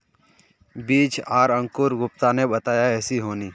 बीज आर अंकूर गुप्ता ने बताया ऐसी होनी?